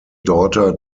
daughter